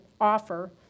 offer